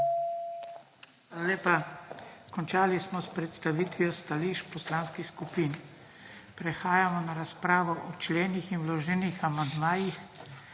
vam. Končali smo s predstavitvijo stališč poslanskih skupin. Prehajamo na razpravo o členih in vloženih amandmajih,